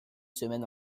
semaine